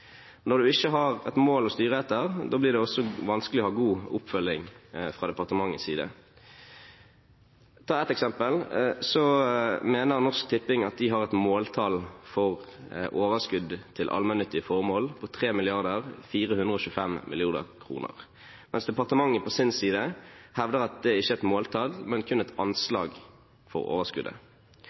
Når en ikke har et mål å styre etter, blir det også vanskelig å ha god oppfølging fra departementets side. Jeg kan ta ett eksempel. Norsk Tipping mener at de har et måltall for overskudd til allmennyttige formål på 3 425 000 000 kr, mens departementet, på sin side, hevder at det ikke er et måltall, men kun et anslag på overskuddet.